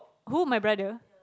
who my brother